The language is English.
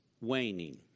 waning